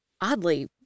oddly